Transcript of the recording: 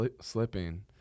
slipping